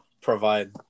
provide